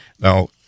now